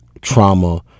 trauma